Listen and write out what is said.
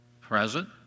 present